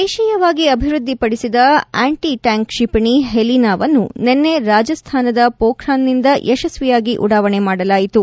ದೇಶೀಯವಾಗಿ ಅಭಿವೃದ್ದಿಪಡಿಸಿದ anti tank ಕ್ಷಿಪಣಿ ಹೆಲಿನಾ ವನ್ನು ನಿನ್ನೆ ರಾಜಸ್ತಾನದ ಮೋಖ್ರಾನ್ನಿಂದ ಯಶಸ್ವಿಯಾಗಿ ಉಡಾವಣೆ ಮಾಡಲಾಯಿತು